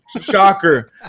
shocker